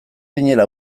ginela